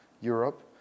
Europe